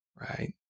right